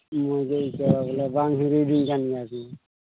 ᱤᱭᱟᱹ ᱜᱮ ᱟᱹᱭᱠᱟᱹᱜᱼᱟ ᱵᱚᱞᱮ ᱵᱟᱝ ᱦᱤᱨᱤᱭᱤᱫᱤᱧ ᱠᱟᱱ ᱜᱮᱭᱟ ᱠᱚ